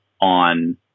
on